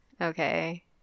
okay